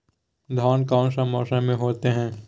धान कौन सा मौसम में होते है?